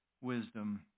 wisdom